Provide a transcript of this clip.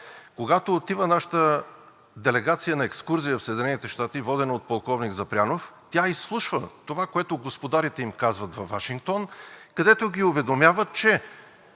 Когато отива нашата делегация на екскурзия в Съединените щати, водена от полковник Запрянов, тя изслушва това, което господарите им казват във Вашингтон, където ги уведомяват, че